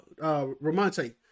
Ramonte